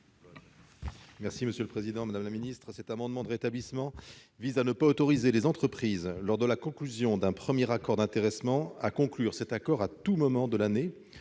: La parole est à M. Martin Lévrier. Cet amendement de rétablissement vise à ne pas autoriser les entreprises, lors de la conclusion d'un premier accord d'intéressement, à conclure cet accord à tout moment de l'année